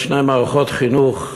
יש שתי מערכות חינוך,